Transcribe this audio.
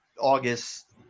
August